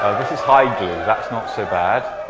ah this is hide glue, that's not so bad.